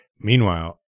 Meanwhile